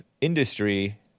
industry